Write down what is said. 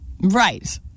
right